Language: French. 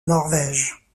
norvège